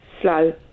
Slow